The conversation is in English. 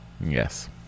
Yes